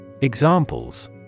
Examples